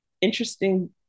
interesting